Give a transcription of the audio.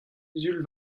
sul